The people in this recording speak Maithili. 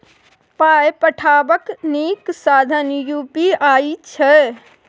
पाय पठेबाक नीक साधन यू.पी.आई छै